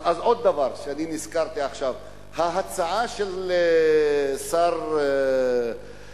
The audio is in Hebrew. עוד דבר שנזכרתי עכשיו, ההצעה של שר הבינוי,